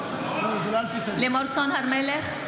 בעד לימור סון הר מלך,